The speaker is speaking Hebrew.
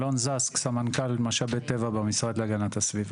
אלון זסק סמנכ"ל משאבי טבע במשרד להגנת הסביבה.